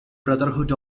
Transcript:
brotherhood